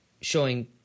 showing